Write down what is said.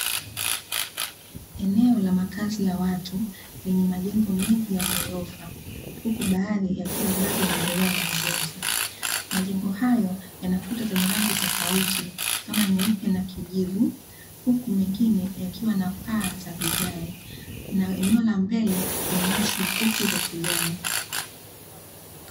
Eneo la makazi ya watu lenye majengo mengi ya ghorofa, huku baadhi yakiwa bado yanaendelea na ujenzi. Majengo hayo yana kuta zenye rangi tofauti kama nyeupe na kijivu, huku mengine yakiwa na paa za vigae, na eneo la mbele kuna nyasi fupi za kijani.